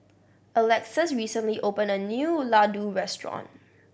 Alexus recently opened a new Ladoo Restaurant